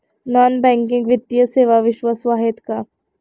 Non banking वित्तीय सेवा विश्वासू आहेत का?